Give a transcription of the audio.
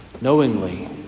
knowingly